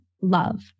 love